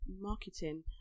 marketing